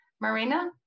Marina